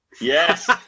Yes